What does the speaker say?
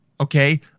Okay